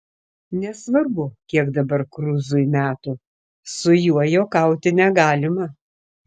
nesvarbu kiek dabar cruzui metų su juo juokauti negalima